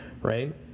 right